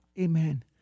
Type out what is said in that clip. Amen